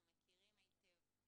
אנחנו מכירים היטב.